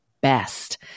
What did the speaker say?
best